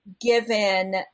given